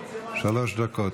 שלוש דקות.